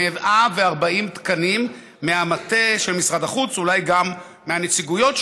140 תקנים מהמטה של משרד החוץ אולי גם מהנציגויות שלו,